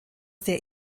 der